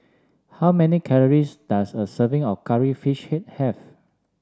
how many calories does a serving of Curry Fish Head have